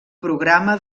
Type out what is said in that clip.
programa